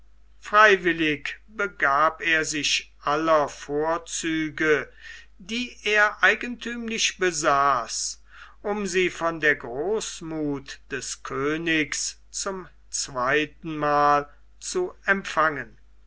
freiwillig begab er sich aller vorzüge die er eigenthümlich besaß um sie von der großmuth des königs zum zweitenmal zu empfangen